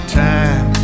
time